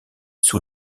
sous